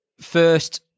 First